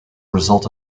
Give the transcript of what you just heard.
result